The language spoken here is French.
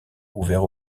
ouvert